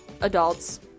Adults